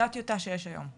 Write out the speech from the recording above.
זאת הטיוטה שיש היום.